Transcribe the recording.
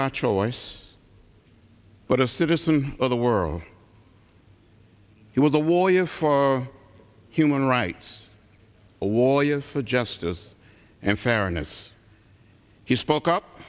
by choice but a citizen of the world he was a warrior for human rights a lawyer for justice and fairness he spoke up